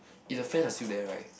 if the friends are still there right